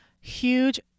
huge